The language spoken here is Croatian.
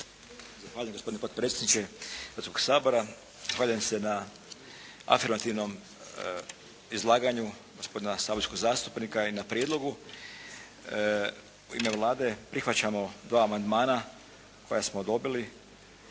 Zahvaljujem. Gospodine potpredsjedniče Hrvatskoga sabora. Zahvaljujem se na afirmativnom izlaganju gospodina saborskog zastupnika i na prijedlogu. U ime Vlade prihvaćamo dva amandmana koja smo dobili